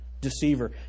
deceiver